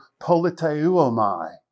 politeuomai